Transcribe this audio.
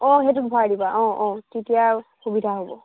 অঁ সেইটো ভৰাই দিবা অঁ অঁ তেতিয়া সুবিধা হ'ব